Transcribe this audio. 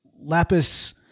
Lapis